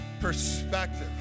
perspective